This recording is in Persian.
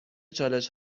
چالش